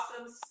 awesome